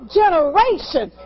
generation